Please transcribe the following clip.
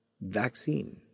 vaccine